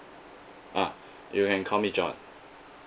uh you can call me john